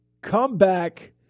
comeback